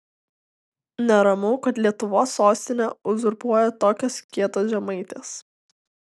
neramu kad lietuvos sostinę uzurpuoja tokios kietos žemaitės